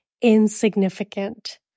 insignificant